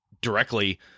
directly